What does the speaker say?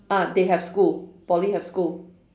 ah they have school poly have school